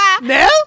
No